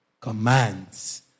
commands